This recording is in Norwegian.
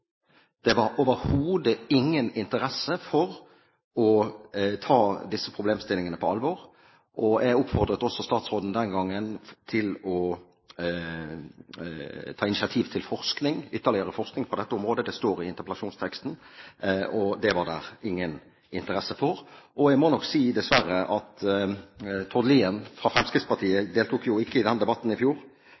Det var overhodet ingen interesse for å ta disse problemstillingene på alvor, og jeg oppfordret også statsråden den gangen til å ta initiativ til ytterligere forskning på dette området – det står i interpellasjonsteksten. Det var det ingen interesse for. Dessverre, må jeg nok si, deltok ikke Tord Lien fra Fremskrittspartiet i debatten i fjor, men Fremskrittspartiets innlegg i debatten i fjor